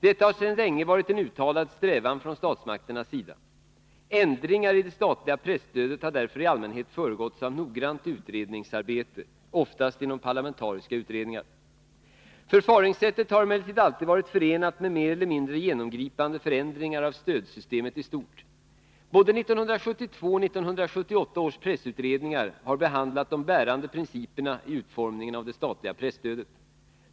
Detta har sedan länge varit en uttalad strävan från statsmakternas sida. Ändringar i det statliga presstödet har därför i allmänhet föregåtts av noggrant utredningsarbete, oftast inom parlamentariska utredningar. Förfaringssättet har emellertid alltid varit förenat med mer eller mindre genomgripande förändringar av stödsystemet i stort. Både 1972 och 1978 års pressutredningar har behandlat de bärande principerna i utformningen av det statliga presstödet.